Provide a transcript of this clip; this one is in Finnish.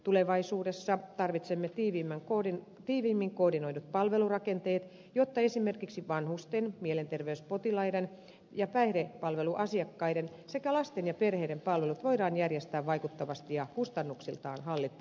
tulevaisuudessa tarvitsemme tiiviimmin koordinoidut palvelurakenteet jotta esimerkiksi vanhusten mielenterveyspotilaiden ja päihdepalveluasiakkaiden sekä lasten ja perheiden palvelut voidaan järjestää vaikuttavasti ja kustannuksiltaan hallittavasti